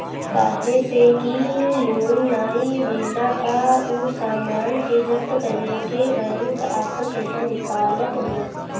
काहे से कि लोन नाइ भरला पअ उ सामान के जब्त करके बैंक आपन पईसा निकालत बिया